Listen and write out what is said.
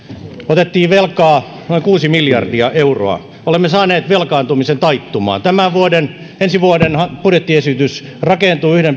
otettiin velkaa noin kuusi miljardia euroa olemme saaneet velkaantumiseen taittumaan ensi vuoden budjettiesitys rakentuu yhden pilkku